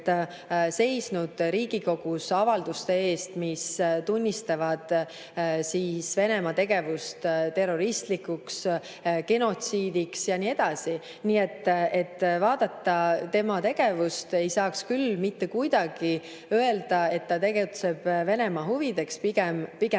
seisnud Riigikogus avalduste eest, mis tunnistavad Venemaa tegevuse terroristlikuks, genotsiidiks ja nii edasi. Nii et kui vaadata tema tegevust, siis ei saa küll mitte kuidagi öelda, et ta tegutseb Venemaa huvides. Pigem